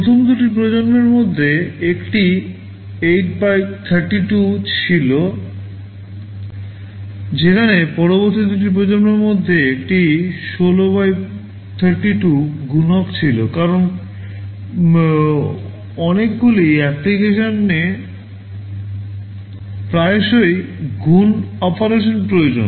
প্রথম দুটি প্রজন্মের মধ্যে একটি 8 x 32 ছিল যেখানে পরবর্তী দুটি প্রজন্মের জন্য একটি 16 x 32 গুণক ছিল কারণ অনেকগুলি অ্যাপ্লিকেশনএ প্রায়শই গুণ অপারেশন প্রয়োজন